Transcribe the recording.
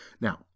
now